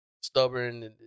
stubborn